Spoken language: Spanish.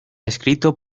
escrito